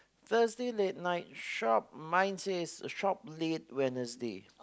firstly late night shop mine says shop late Wednesday